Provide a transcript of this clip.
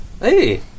Hey